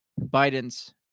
Biden's